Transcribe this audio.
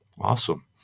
Awesome